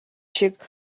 шиг